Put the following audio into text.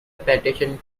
petition